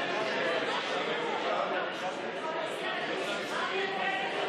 אני קובע כי הסתייגות מס' 52 לא